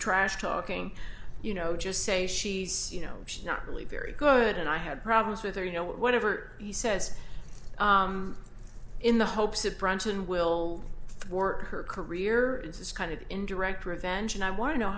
trash talking you know just say she's you know she's not really very good and i had problems with her you know whatever he says in the hopes of brunch and we'll work her career into this kind of indirect revenge and i want to know